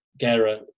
Gera